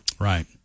Right